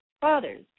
Fathers